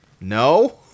No